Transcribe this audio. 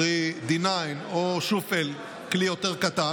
קרי D9, או שופל, כלי יותר קטן,